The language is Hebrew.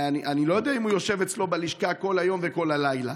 אני לא יודע אם הוא יושב אצלו בלשכה כל היום וכל הלילה,